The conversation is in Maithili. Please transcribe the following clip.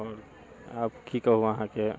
आओर आब की कहु अहाँकेँ